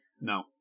No